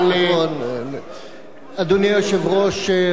אדוני היושב-ראש,